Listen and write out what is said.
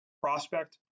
prospect